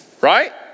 Right